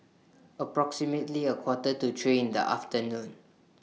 approximately A Quarter to three in The afternoon